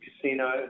Casino